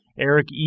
Eric